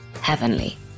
heavenly